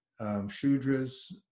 shudras